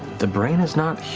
the brain is not